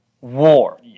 War